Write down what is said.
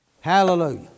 Hallelujah